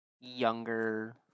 younger